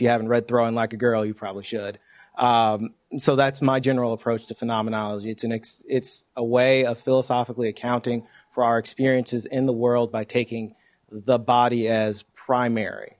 you haven't read throwing like a girl you probably should so that's my general approach to phenomenology it sanics it's a way of philosophically accounting for our experiences in the world by taking the body as primary